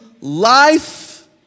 life